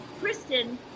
Kristen